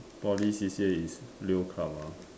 Poly C_C_A is leoclub ah